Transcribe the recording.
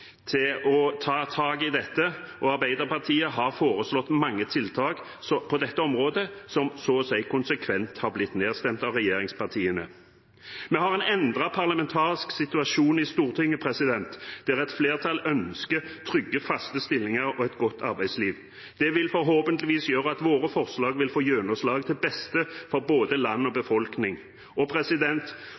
til å ta tak i dette, og Arbeiderpartiet har foreslått mange tiltak på dette området – som så å si konsekvent er blitt nedstemt av regjeringspartiene. Vi har en endret parlamentarisk situasjon i Stortinget, der et flertall ønsker trygge, faste stillinger og et godt arbeidsliv. Det vil forhåpentligvis gjøre at våre forslag vil få gjennomslag, til beste for både land og befolkning. Arbeiderpartiet vil ha trygghet i arbeid og